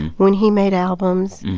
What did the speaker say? when he made albums.